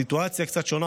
סיטואציה קצת שונה,